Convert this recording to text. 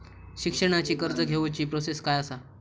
शिक्षणाची कर्ज घेऊची प्रोसेस काय असा?